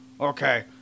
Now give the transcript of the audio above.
okay